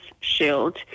shield